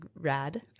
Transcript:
rad